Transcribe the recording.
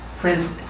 Friends